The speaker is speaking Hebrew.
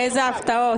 איזה הפתעות.